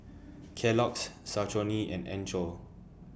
Kellogg's Saucony and Anchor